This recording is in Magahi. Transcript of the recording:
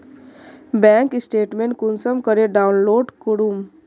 बैंक स्टेटमेंट कुंसम करे डाउनलोड करूम?